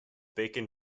bacon